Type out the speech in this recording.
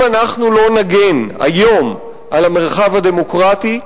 אם אנחנו לא נגן היום על המרחב הדמוקרטי,